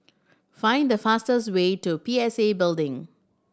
find the fastest way to P S A Building